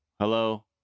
hello